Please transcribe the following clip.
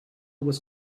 was